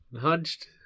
hunched